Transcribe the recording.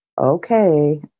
Okay